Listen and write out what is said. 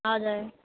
हजुर